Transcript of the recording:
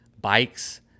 bikes